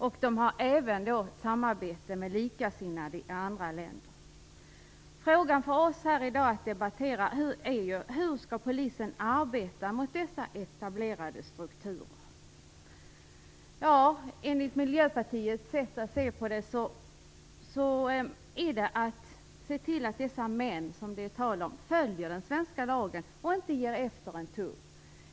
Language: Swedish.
Klubbarna har även ett samarbete med likasinnade i andra länder. Den fråga som vi har att debattera i dag är: Hur skall polisen arbeta mot dessa etablerade strukturer? Enligt Miljöpartiets synsätt gäller det att se till att de män som det är tal om följer den svenska lagen och att inte ge efter en tum.